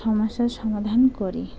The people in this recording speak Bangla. সমস্যার সমাধান করি